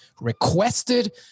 requested